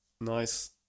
Nice